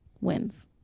wins